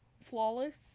Flawless